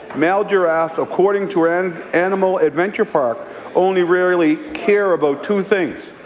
male giraffes according to and animal adventure park only rarely care about two things.